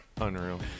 Unreal